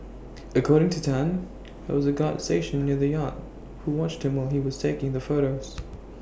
according to Tan there was A guard stationed near the yacht who watched him while he was taking the photos